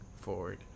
forward